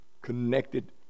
connected